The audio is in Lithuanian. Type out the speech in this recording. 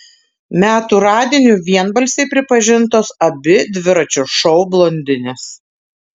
metų radiniu vienbalsiai pripažintos abi dviračio šou blondinės